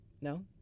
No